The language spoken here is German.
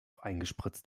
eingespritzt